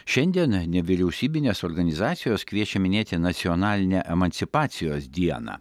šiandieną nevyriausybinės organizacijos kviečia minėti nacionalinę emancipacijos dieną